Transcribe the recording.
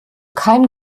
kein